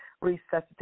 resuscitate